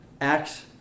Acts